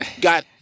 got